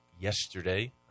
yesterday